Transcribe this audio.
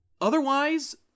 otherwise